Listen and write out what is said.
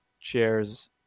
chairs